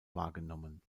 wahrgenommen